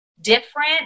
Different